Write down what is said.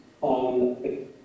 on